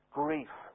grief